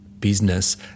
business